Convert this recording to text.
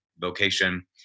vocation